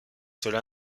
cela